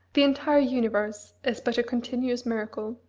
the entire universe is but a continuous miracle.